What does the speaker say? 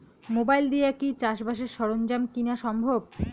Mobile দিয়া কি চাষবাসের সরঞ্জাম কিনা সম্ভব?